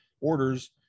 orders